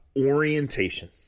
orientation